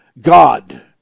God